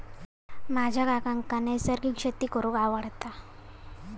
माझ्या काकांका नैसर्गिक शेती करूंक आवडता